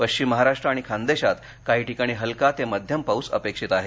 पश्चिम महाराष्ट्र आणि खान्देशात काही ठिकाणी हलका ते मध्यम पाऊस अपेक्षित आहे